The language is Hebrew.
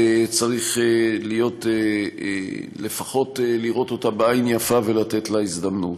צריך לפחות לראות אותו בעין יפה ולתת לזה הזדמנות.